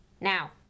Now